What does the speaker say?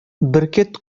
бөркет